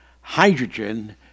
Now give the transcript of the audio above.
hydrogen